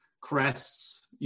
crests